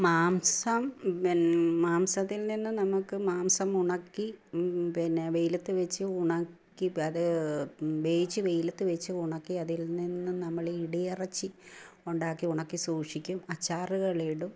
മാംസം മാംസത്തില്നിന്നു നമുക്ക് മാംസം ഉണക്കി പിന്നെ വെയിലത്തുവച്ച് ഉണക്കി അത് വേവിച്ച് വെയിലത്തുവച്ച് ഉണക്കി അതിൽ നിന്നും നമ്മള് ഇടിയിറച്ചി ഉണ്ടാക്കി ഉണക്കി സൂക്ഷിക്കും അച്ചാറുകളിടും